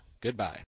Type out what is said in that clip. Goodbye